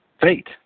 fate